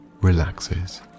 relaxes